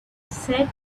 said